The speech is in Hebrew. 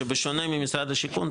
שבשונה ממשרד השיכון,